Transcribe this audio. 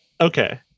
okay